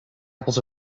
apples